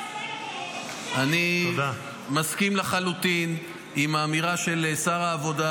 אני מסכים לחלוטין עם האמירה של שר העבודה